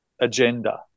agenda